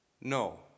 No